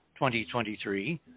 2023